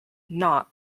not